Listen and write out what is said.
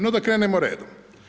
No da krenemo redom.